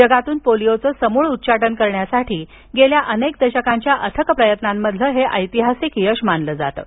जगातून पोलियोचं समूळ उच्चाटन करण्यासाठी गेल्या अनेक दशकांच्या अथक प्रयत्नांमधील हे ऐतिहासिक यश मानल जात आहे